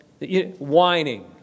Whining